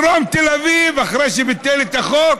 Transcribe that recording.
דרום תל אביב, אחרי שביטל את החוק,